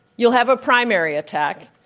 you'll have a primary attack.